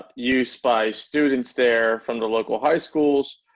you spies students there from the local high schools.